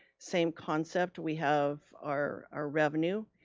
same concept, we have our ah revenue.